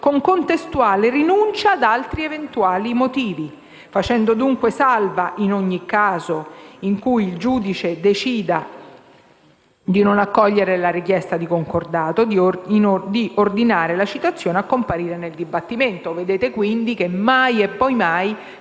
contestuale rinuncia ad altri eventuali motivi, facendo dunque salva, in ogni caso in cui il giudice decida di non accogliere la richiesta di concordato, la possibilità di ordinare la citazione a comparire nel dibattimento. Vedete quindi che mai e poi mai